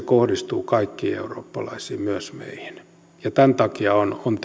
kohdistuu kaikkiin eurooppalaisiin myös meihin ja tämän takia on on